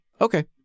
Okay